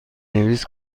نویس